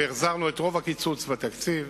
והחזרנו את רוב הסכום שקוצץ בתקציב,